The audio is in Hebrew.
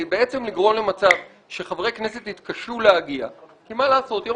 לגרום למצב שחברי כנסת יתקשו להגיע כי מה לעשות,